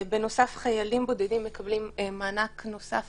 בנוסף חיילים בודדים מקבלים מענק נוסף